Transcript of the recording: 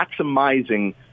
maximizing